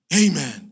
Amen